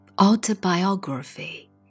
Autobiography